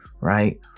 right